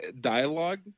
dialogue